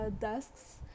desks